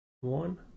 one